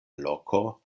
loko